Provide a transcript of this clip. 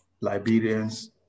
Liberians